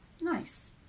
nice